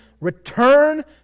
return